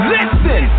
Listen